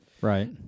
right